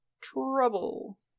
Trouble